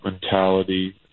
mentality